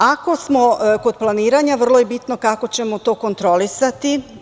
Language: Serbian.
Ako smo kod planiranja, vrlo je bitno kako ćemo to kontrolisati.